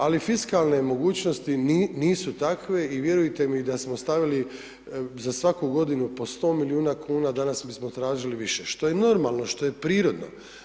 Ali, fiskalne mogućnosti nisu takve i vjerujte mi da smo stavili za svaku g. po 100 milijuna kn, danas bismo tražili više, što je normalno, što je prirodno.